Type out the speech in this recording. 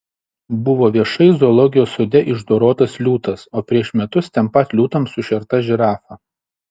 buvo viešai zoologijos sode išdorotas liūtas o prieš metus ten pat liūtams sušerta žirafa